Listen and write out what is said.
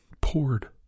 poured